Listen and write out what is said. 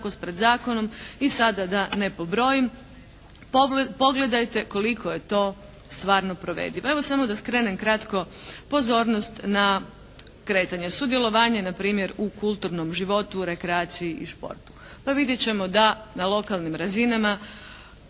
I sad da ne pobrojim, pogledajte koliko je to stvarno provediv. Evo, samo da skrenem kratko pozornost na kretanje. Sudjelovanje na primjer u kulturnom životu, rekreaciji i športu. Pa vidjet ćemo da na lokalnim razinama